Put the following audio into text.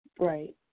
Right